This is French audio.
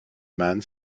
mann